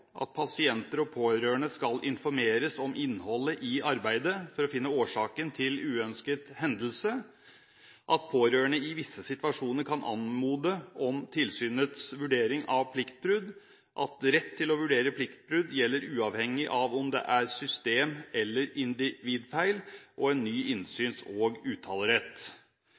at pasienter og pårørende skal informeres om innholdet i arbeidet for å finne årsaken til uønsket hendelse, at pårørende i visse situasjoner kan anmode om tilsynets vurdering av pliktbrudd, at rett til å vurdere pliktbrudd gjelder uavhengig av om det er system- eller individfeil og en ny innsyns- og uttalerett.